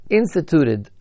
instituted